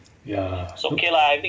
ya good